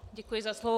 Děkuji za slovo.